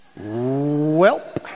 Welp